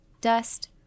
Dust